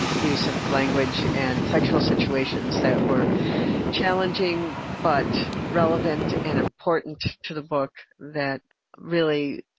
use of language and sexual situations that were challenging but relevant and important to the book that really